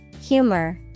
humor